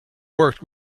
worked